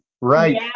right